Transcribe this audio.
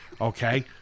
Okay